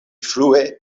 frue